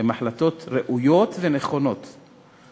החלטות ראויות ונכונות,